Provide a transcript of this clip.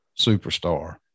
superstar